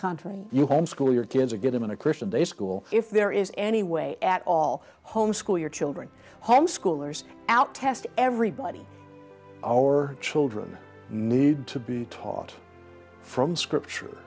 country you homeschool your kids or get in a christian day school if there is any way at all homeschool your children homeschoolers out test everybody our children need to be taught from scripture